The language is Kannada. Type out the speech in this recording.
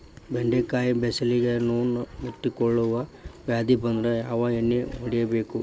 ಬೆಂಡೆಕಾಯ ಫಸಲಿಗೆ ನೊಣ ಮುತ್ತಿಕೊಳ್ಳುವ ವ್ಯಾಧಿ ಬಂದ್ರ ಯಾವ ಎಣ್ಣಿ ಹೊಡಿಯಬೇಕು?